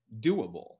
doable